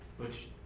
which